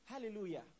hallelujah